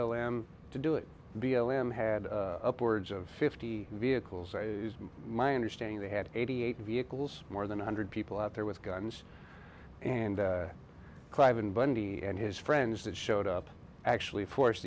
a lamb to do it to be a lamb had upwards of fifty vehicles my understanding they had eighty eight vehicles more than one hundred people out there with guns and clive and bundy and his friends that showed up actually force